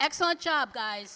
excellent job guy